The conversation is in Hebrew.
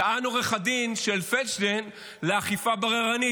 טען עורך הדין של פלדשטיין לאכיפה בררנית,